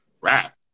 rap